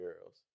girls